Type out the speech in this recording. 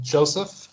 Joseph